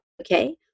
okay